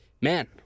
man